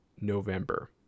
november